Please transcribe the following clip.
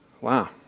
Wow